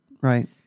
right